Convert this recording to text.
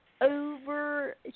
over